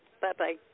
Bye-bye